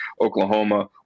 Oklahoma